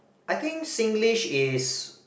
I think Singlish is